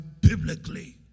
biblically